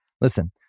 Listen